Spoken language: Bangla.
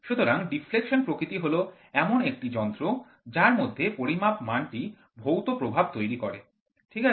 সুতরাং ডিফ্লেকশন প্রকৃতি হল এমন একটি যন্ত্র যার মধ্যে পরিমাপক মানটি ভৌত প্রভাব তৈরি করে ঠিক আছে